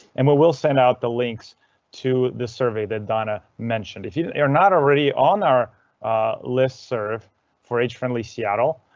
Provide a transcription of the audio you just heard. and we will send out the links to this survey that donna mentioned. if you're not already on our listserv for age friendly seattle.